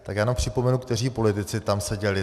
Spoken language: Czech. Tak já jenom připomenu, kteří politici tam seděli.